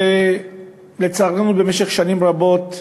לצערנו, במשך שנים רבות,